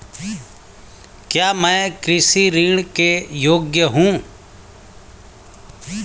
क्या मैं कृषि ऋण के योग्य हूँ?